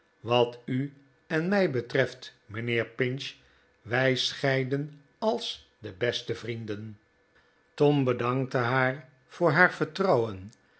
wat u en mij betreft mijnheer pinch wij scheiden als de beste vrienden tom bedankte haar voor haar vertrouwen